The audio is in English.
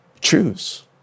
choose